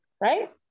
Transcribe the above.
right